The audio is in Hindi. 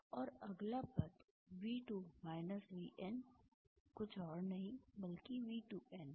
और अगला पद V2 VN कुछ और नहीं बल्कि V2N है